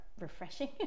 refreshing